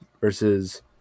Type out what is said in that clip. versus